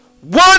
One